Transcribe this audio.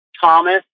Thomas